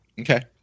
Okay